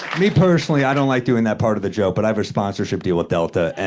me personally, i don't like doing that part of the joke, but i have a sponsorship deal with delta, and